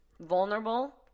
vulnerable